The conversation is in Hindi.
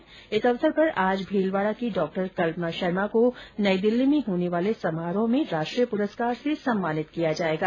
शिक्षक दिवस पर आज भीलवाडा की डॉ कल्पना शर्मा को नई दिल्ली में होने वार्ल समारोह में राष्ट्रीय पुरस्कार से सम्मानित किया जायेगा